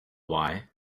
why